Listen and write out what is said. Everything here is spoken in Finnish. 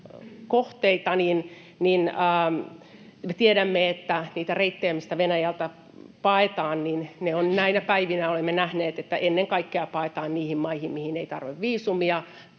tiedämme niitä reittejä, mistä Venäjältä paetaan. Näinä päivinä olemme nähneet, että ennen kaikkea paetaan niihin maihin, mihin ei tarvitse viisumia.